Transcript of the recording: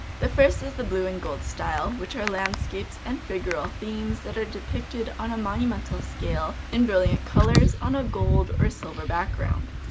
the first is blue-and-gold style, which are landscapes and figural themes that are depicted on a monumental scale in brilliant colors on a gold or silver background.